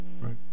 Right